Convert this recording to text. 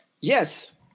Yes